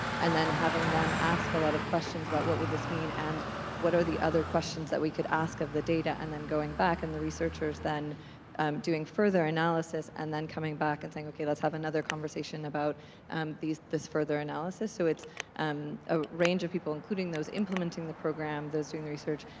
and then having them ask a lot of questions about what would this mean and what are the other questions that we could ask of the data, and then going back, and the researchers then doing further analysis, and then coming back and saying, okay, let's have another conversation about this further analysis. so it's um a range of people, including those implementing the program, those doing the research,